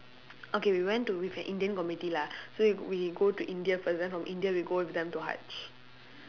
okay we went to with an indian committee lah so we we go to india first then from india we go with them to haj